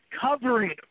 covering